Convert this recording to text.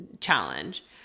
challenge